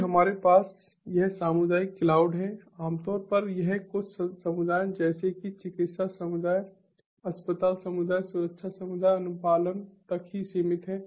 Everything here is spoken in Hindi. फिर हमारे पास यह सामुदायिक क्लाउड है आमतौर पर यह कुछ समुदायों जैसे कि चिकित्सा समुदाय अस्पताल समुदाय सुरक्षा समुदाय अनुपालन तक ही सीमित है